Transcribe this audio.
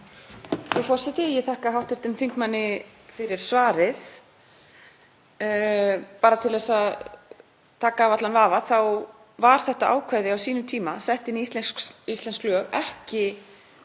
forseti. Ég þakka hv. þingmanni fyrir svarið. Bara til þess að taka af allan vafa þá var þetta ákvæði á sínum tíma sett í íslensk lög, ekki